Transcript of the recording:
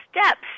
steps